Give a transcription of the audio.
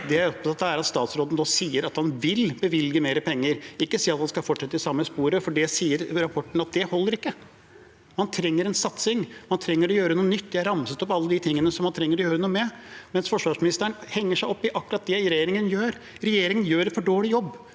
Det jeg er opptatt av, er at statsråden nå sier at han vil bevilge mer penger, og ikke sier at han skal fortsette i det samme sporet, for rapporten sier at det ikke holder. Man trenger en satsing. Man trenger å gjøre noe nytt. Jeg ramset opp alle de tingene som man trenger å gjøre noe med, mens forsvarsministeren henger seg opp i akkurat det regjeringen gjør. Regjeringen gjør en for dårlig jobb.